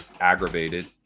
aggravated